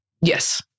Yes